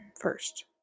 first